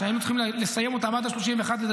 שהיינו צריכים לסיים אותם עד 31 בדצמבר,